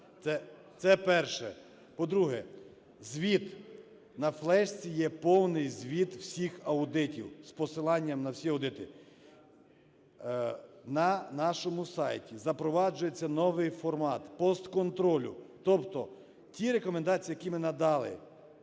Це перше. По-друге. Звіт, на флешці є повний звіт всіх аудитів з посиланням на всі аудити. На нашому сайті запроваджується новий формат постконтролю. Тобто ті рекомендації, які ми надали